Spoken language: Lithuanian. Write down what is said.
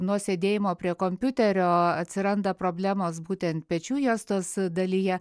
nuo sėdėjimo prie kompiuterio atsiranda problemos būtent pečių juostos dalyje